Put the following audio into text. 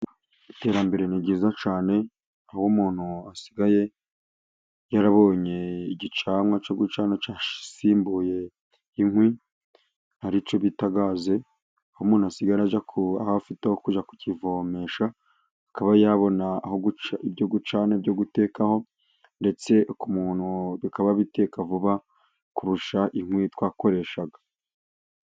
Iterambere ni ryiza cyane aho umuntu asigaye yarabonye igicanwa cyo gucana cyasimbuye inkwi, icyo bita gaze, aho umuntu asigaye ajya aho afite aho kujya kukivomesha, akaba yabona aho guca ibyo gucana, byo gutekaho, ndetse ku muntu bikaba biteka vuba kurusha inkwi twakoreshaga.